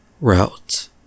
route